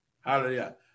Hallelujah